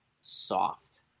soft